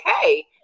okay